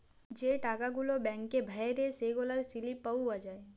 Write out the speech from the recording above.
যে টাকা গুলা ব্যাংকে ভ্যইরে সেগলার সিলিপ পাউয়া যায়